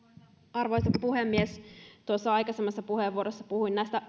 arvoisa puhemies tuossa aikaisemmassa puheenvuorossa puhuin näistä